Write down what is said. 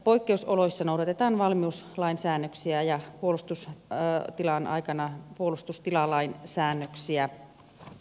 poikkeusoloissa noudatetaan valmiuslain säännöksiä ja puolustustilan aikana puolustustilalain säännöksiä